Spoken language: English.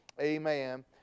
amen